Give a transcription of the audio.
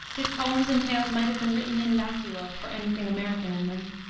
his poems and tales might have been written in vacuo for any thing american in them.